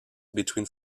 between